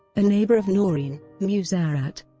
a neighbor of noreen, musarat,